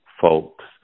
Folks